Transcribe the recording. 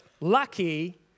Lucky